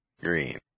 Green